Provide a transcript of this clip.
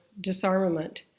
disarmament